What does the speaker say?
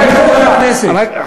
עמיתי חברי הכנסת,